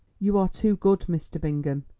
you are too good, mr. bingham,